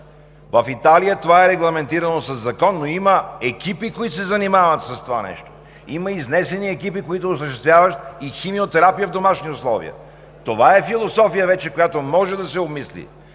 В Италия това е регламентирано със закон, но има екипи, които се занимават с това нещо, има изнесени екипи, които осъществяват и химиотерапия в домашни условия. Това вече е философия, която може да се обмисли,